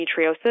endometriosis